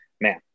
man